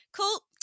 cool